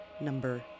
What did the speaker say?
number